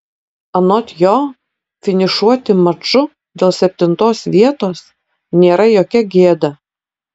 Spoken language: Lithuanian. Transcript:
anot jo finišuoti maču dėl septintos vietos nėra jokia gėda